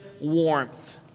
warmth